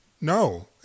No